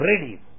ready